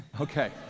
Okay